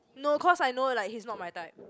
no cause I know he's not my type